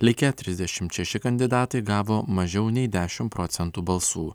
likę trisdešimt šeši kandidatai gavo mažiau nei dešimt procentų balsų